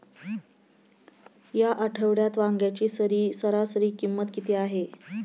या आठवड्यात वांग्याची सरासरी किंमत किती आहे?